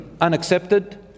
unaccepted